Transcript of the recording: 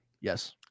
Yes